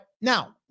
now